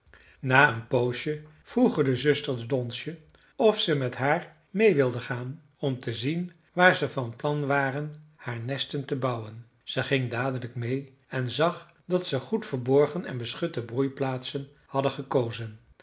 na een poosje vroegen de zusters donsje of ze met haar meê wilden gaan om te zien waar ze van plan waren haar nesten te bouwen zij ging dadelijk meê en zag dat ze goed verborgen en beschutte broeiplaatsen hadden gekozen